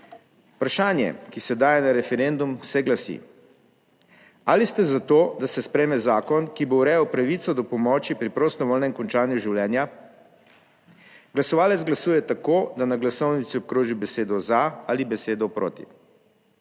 Vprašanje, ki se daje na referendum, se glasi: Ali ste za to, da se sprejme zakon, ki bo urejal pravico do pomoči pri prostovoljnem končanju življenja? Glasovalec glasuje tako, da na glasovnici obkroži besedo "za" ali besedo "proti".